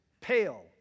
pale